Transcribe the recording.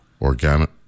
organic